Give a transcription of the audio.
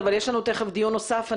אבל יש לנו תיכף דיון נוסף.